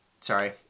Sorry